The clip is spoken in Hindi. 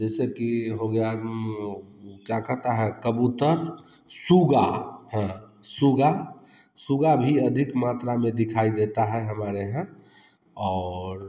जैसे कि हो गया क्या कहता है कबूतर सूगा है सुग्गा सुग्गा भी अधिक मात्रा में दिखाई देता है हमारे यहाँ और